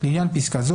לעניין פסקה זו,